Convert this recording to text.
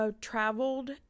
traveled